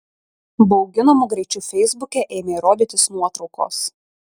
bauginamu greičiu feisbuke ėmė rodytis nuotraukos